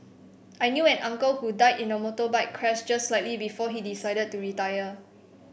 I knew an uncle who died in a motorbike crash just slightly before he decided to retire